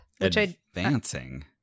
Advancing